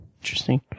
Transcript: Interesting